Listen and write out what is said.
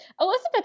Elizabeth